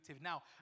Now